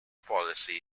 policy